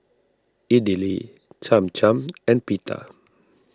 Idili Cham Cham and Pita